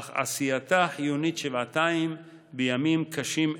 אך עשייתה חיונית שבעתיים בימים קשים אלה,